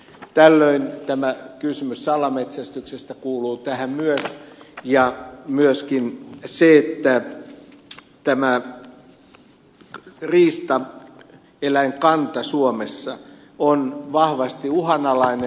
tällöin tämä kysymys salametsästyksestä kuuluu tähän myös ja myöskin se että riistaeläinkanta suomessa on vahvasti uhanalainen